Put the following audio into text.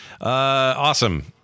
Awesome